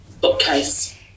bookcase